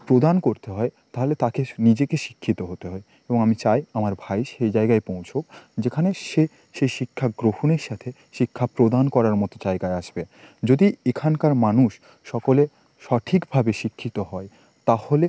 প্রদান করতে হয় তাহলে তাকে নিজেকে শিক্ষিত হতে হয় এবং আমি চাই আমার ভাই সেই জায়গায় পৌঁছাক যেখানে সে সে শিক্ষা গ্রহণের সাথে শিক্ষা প্রদান করার মতো জায়গায় আসবে যদি এখানকার মানুষ সকলে সঠিকভাবে শিক্ষিত হয় তাহলে